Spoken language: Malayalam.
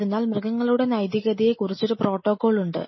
അതിനാൽ മൃഗങ്ങളുടെ നൈതികതയെക്കുറിച്ച് ഒരു പ്രോട്ടോക്കോൾ ഉണ്ട്